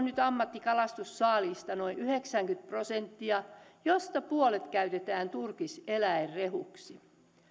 nyt ammattikalastussaalista noin yhdeksänkymmentä prosenttia josta puolet käytetään turkiseläinrehuksi